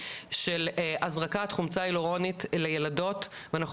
של הזרקת חומצה היאלורונית לילדות ואנחנו